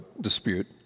dispute